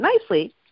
Nicely